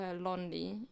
lonely